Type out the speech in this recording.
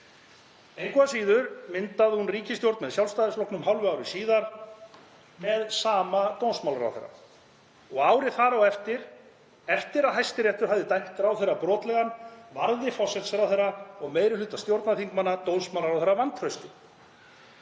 Engu að síður myndaði hún ríkisstjórn með Sjálfstæðisflokknum hálfu ári síðar með sama dómsmálaráðherra og árið þar á eftir, eftir að Hæstiréttur hafði dæmt ráðherra brotlegan, varði forsætisráðherra og meiri hluti stjórnarþingmanna dómsmálaráðherra vantrausti.